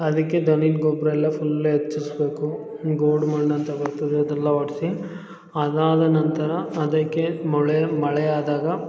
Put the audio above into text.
ಅದಕ್ಕೆ ದನಿನ ಗೊಬ್ರ ಎಲ್ಲ ಫುಲ್ ಎಚ್ಚರಿಸ್ಬೇಕು ಗೂಡು ಮಣ್ಣಂತ ಬರ್ತದೆ ಅದೆಲ್ಲ ಹೊಡ್ಸಿ ಅದಾದ ನಂತರ ಅದಕ್ಕೆ ಮೊಳೆ ಮಳೆ ಆದಾಗ